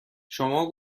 شما